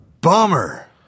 bummer